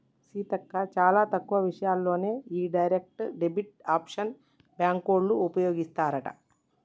సీతక్క చాలా తక్కువ విషయాల్లోనే ఈ డైరెక్ట్ డెబిట్ ఆప్షన్ బ్యాంకోళ్ళు ఉపయోగిస్తారట